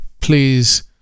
Please